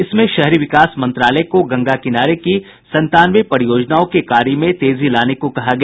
इसमें शहरी विकास मंत्रालय को गंगा किनारे की संतानवे परियोजनाओं के कार्य में तेजी लाने को कहा गया